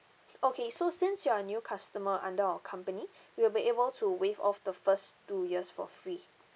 okay so since you are new customer under our company we'll be able to waive off the first two years for free